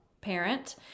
parent